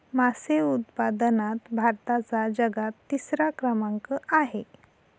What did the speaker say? मासे उत्पादनात भारताचा जगात तिसरा क्रमांक आहे